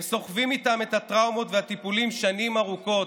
הם סוחבים איתם את הטראומות והטיפולים שנים ארוכות,